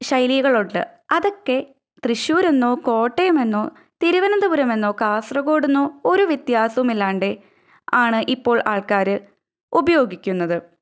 ശൈലികൾ ഉണ്ട് അതൊക്കെ തൃശൂർ എന്നോ കോട്ടയം എന്നോ തിരുവനന്തപുരം എന്നോ കാസർഗോട് എന്നോ ഒരു വ്യത്യാസവുമില്ലാണ്ടെ ആണ് ഇപ്പോൾ ആൾക്കാർ ഉപയോഗിക്കുന്നത്